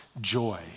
joy